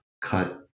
cut